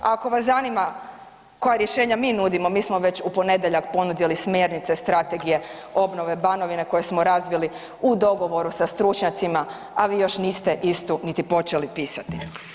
Ako vas zanima koja rješenja mi nudimo mi smo već u ponedjeljak ponudili smjernice strategije obnove Banovine koje smo razvili u dogovoru sa stručnjacima, a vi još niste istu niti počeli pisati.